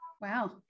Wow